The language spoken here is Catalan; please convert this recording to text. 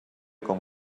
com